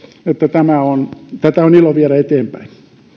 tätä on ilo viedä eteenpäin